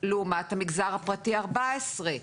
לעומת המגזר הפרטי, ארבע עשרה.